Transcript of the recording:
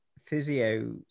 physio